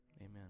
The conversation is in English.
Amen